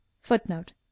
Footnote